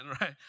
right